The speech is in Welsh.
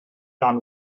dan